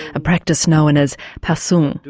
a practice known as pasung,